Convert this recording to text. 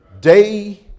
day